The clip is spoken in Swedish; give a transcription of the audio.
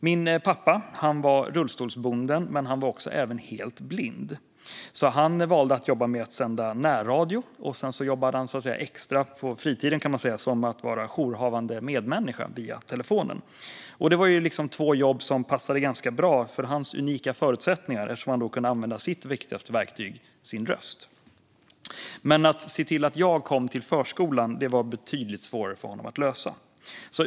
Min pappa var rullstolsbunden, men har var också helt blind. Han valde att jobba med att sända närradio, och sedan jobbade han extra på fritiden som jourhavande medmänniska via telefonen. Det var två jobb som passade bra för hans unika förutsättningar eftersom han då kunde använda sitt viktigaste verktyg, nämligen sin röst. Men att se till att jag kom till förskolan var betydligt svårare för honom att lösa.